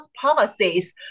policies